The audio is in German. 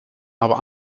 aber